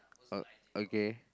oh okay